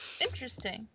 interesting